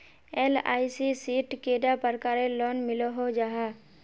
LIC शित कैडा प्रकारेर लोन मिलोहो जाहा?